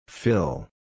Fill